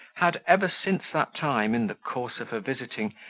had, ever since that time, in the course of her visiting,